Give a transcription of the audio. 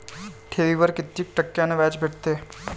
ठेवीवर कितीक टक्क्यान व्याज भेटते?